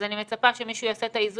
אז אני מצפה שמישהו יעשה את האיזונים.